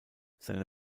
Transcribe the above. seine